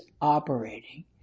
operating